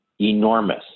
enormous